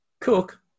Cook